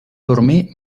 dormir